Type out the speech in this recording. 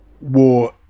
war